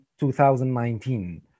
2019